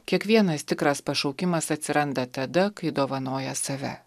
kiekvienas tikras pašaukimas atsiranda tada kai dovanoja save